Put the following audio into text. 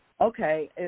Okay